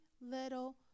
little